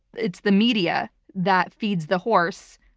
it's the media that feeds the horse.